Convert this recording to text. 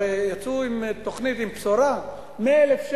הרי יצאו עם תוכנית עם בשורה, 100,000 שקל: